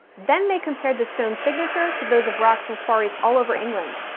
then they compared the stones' signature to those of rocks from quarries all over england,